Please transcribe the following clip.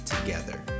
together